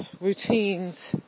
routines